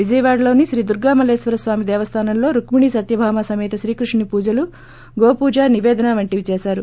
విజయవాడలోని శ్రీదుర్గామల్లేశ్వర స్వామి దేవస్థానంలో రుక్కిణి సత్యభామ సమేత శ్రీకృష్ణుని పూజలు గోపూజ నిపేదన వంటివి చేశారు